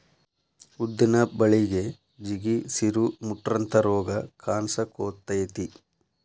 ಉದ್ದಿನ ಬಳಿಗೆ ಜಿಗಿ, ಸಿರು, ಮುಟ್ರಂತಾ ರೋಗ ಕಾನ್ಸಕೊತೈತಿ